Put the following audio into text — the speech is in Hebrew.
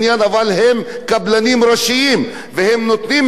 והם נותנים את זה על גבם של קבלני משנה,